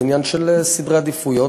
זה עניין של סדרי עדיפויות.